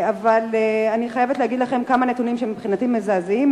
אבל אני חייבת להגיד לכם כמה נתונים שהם מבחינתי מזעזעים,